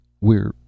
We're-